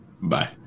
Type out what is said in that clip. Bye